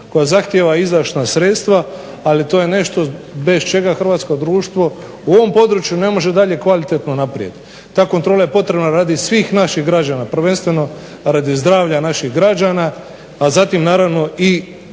koja zahtijeva izdašna sredstva, ali to je nešto bez čega hrvatsko društvo u ovom području ne može dalje kvalitetno naprijed. Ta kontrola je potrebna radi svih naših građana, prvenstveno radi zdravlja naših građana, a zatim naravno i